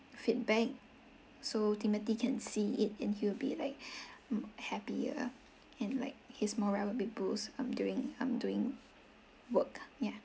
feedback so timothy can see it and he'll be like happier and like his morale will be boost on doing on doing work yeah